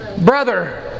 Brother